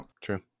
true